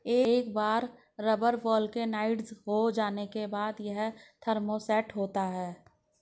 एक बार rubber vulcanised हो जाने के बाद, यह थर्मोसेट होता है